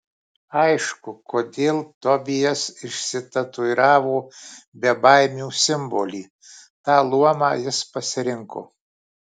aišku kodėl tobijas išsitatuiravo bebaimių simbolį tą luomą jis pasirinko